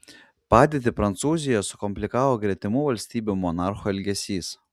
padėtį prancūzijoje sukomplikavo gretimų valstybių monarchų elgesys